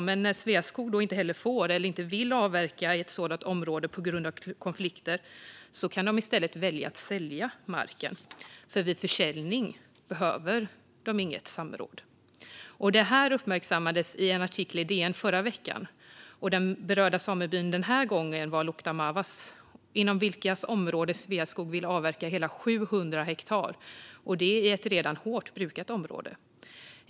Men när Sveaskog inte får eller inte vill avverka i ett sådant område på grund av konflikter kan de i stället välja att sälja marken, för vid försäljning behöver de inget samråd. Detta uppmärksammades i en artikel i DN förra veckan. Den berörda samebyn var denna gång Luokta-Mávas. Inom deras område ville Sveaskog avverka hela 700 hektar, och det i ett redan hårt brukat område.